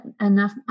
enough